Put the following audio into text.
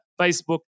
Facebook